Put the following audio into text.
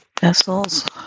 vessels